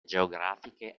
geografiche